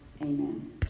Amen